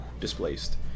displaced